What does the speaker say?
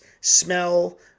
smell